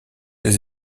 les